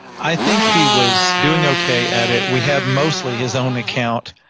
i think he was doing okay at it. we have mostly his own account.